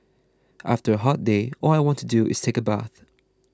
after a hot day all I want to do is take a bath